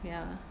ya